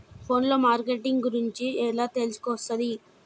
Phone లో marketing గురించి ఎలా తెలుసుకోవస్తది?